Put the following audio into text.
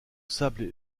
sable